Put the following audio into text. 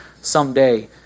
someday